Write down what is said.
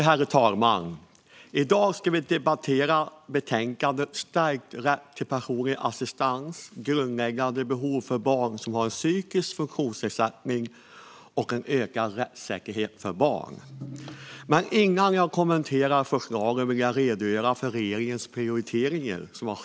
Herr talman! I dag ska vi debattera betänkandet Stärkt rätt till personlig assistans - grundläggande behov för personer som har en psykisk funktionsnedsättning och ökad rättssäkerhet för barn . Men innan jag kommenterar förslagen vill jag redogöra för regeringens prioriteringar under denna mandatperiod.